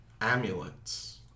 amulets